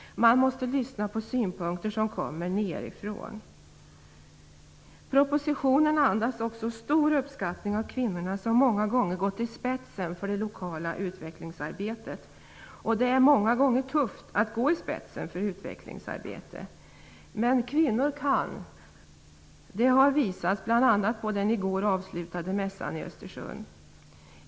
Man måste lyssna på synpunkter som kommer nerifrån. Propositionen andas också en stor uppskattning av kvinnorna, som många gånger gått i spetsen för det lokala utvecklingsarbetet. Det är många gånger tufft att gå i spetsen för utvecklingsarbete. Men kvinnor kan, det har visats bl.a. på den i går avslutade mässan i Östersund.